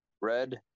Red